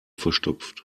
verstopft